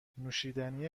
نوشیدنی